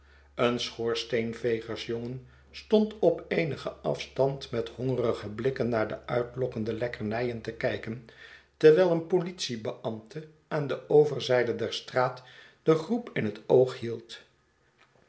een schoorsteenvegersjongen stond op eenigen afstand met hongerige blikken naar de uitlokkende lekkernijen te kijken terwijl een politiebeambte aan de overzijde der straat de groep in het oog hield